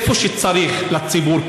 אז איפה שצריך לציבור,